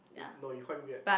eh no you called him weird